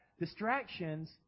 distractions